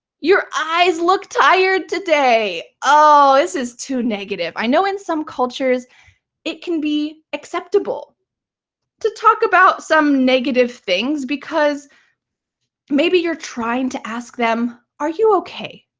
your eyes look tired today. oh, this is too negative. i know in some cultures it can be acceptable to talk about some negative things, because maybe you're trying to ask them, are you okay?